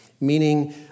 meaning